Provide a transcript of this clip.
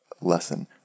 lesson